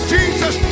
Jesus